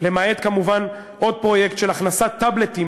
למעט כמובן עוד פרויקט של הכנסת טאבלטים,